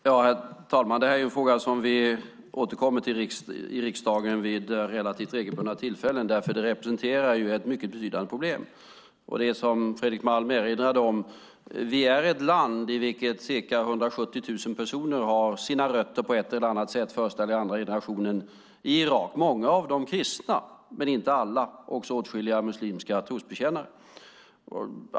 Herr talman! Detta är en fråga vi återkommer till i riksdagen vid relativt regelbundna tillfällen. Den representerar nämligen ett mycket betydande problem. Det är som Fredrik Malm erinrade om: Vi är ett land i vilket ca 170 000 personer på ett eller annat sätt - första eller andra generationen - har sina rötter i Irak. Många av dem är kristna, men inte alla. Det finns också åtskilliga muslimska trosbekännare.